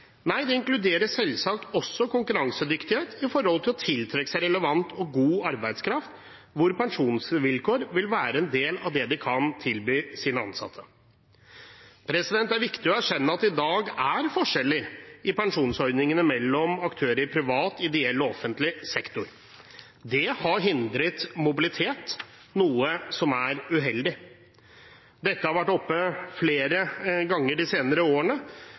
Nei, det inkluderer selvsagt også konkurransedyktighet for å tiltrekke seg relevant og god arbeidskraft, hvor pensjonsvilkår vil være en del av det de kan tilby sine ansatte. Det er viktig å erkjenne at det i dag er forskjeller i pensjonsordningene mellom aktører i privat, ideell og offentlig sektor. Det har hindret mobilitet, noe som er uheldig. Dette har vært oppe flere ganger de senere årene,